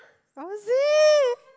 lousy